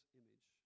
image